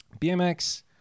BMX